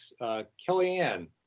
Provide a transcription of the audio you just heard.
Kellyanne